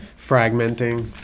fragmenting